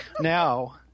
Now